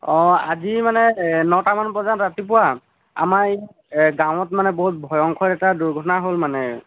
অ আজি মানে নটামান বজাত ৰাতিপুৱা আমাৰ গাঁৱত মানে বহুত ভয়ংকৰ এটা দুৰ্ঘটনা হ'ল মানে